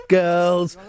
girls